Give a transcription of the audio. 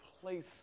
place